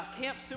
Camp